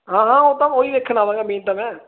ਹਾਂ ਉਹ ਤਾਂ ਉਹੀ ਵੇਖਣਾ ਵਾ ਮੇਨ ਤਾਂ ਮੈਂ